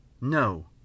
No